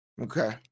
Okay